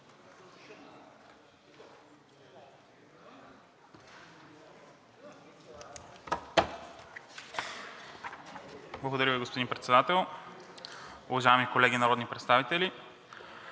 Благодаря Ви, господин Председател. Уважаеми колеги народни представители,